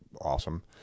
awesome